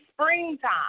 springtime